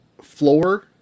floor